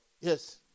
Yes